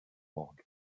orgue